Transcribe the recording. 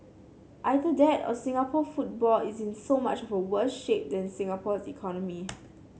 either that or Singapore football is in so much for worse shape than Singapore's economy